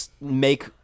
Make